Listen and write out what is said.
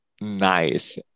Nice